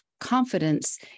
confidence